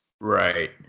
Right